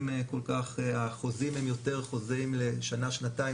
אז החוזים הם יותר חוזים לשנה-שנתיים,